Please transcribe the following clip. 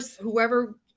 whoever